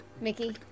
Mickey